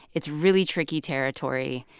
its really tricky territory,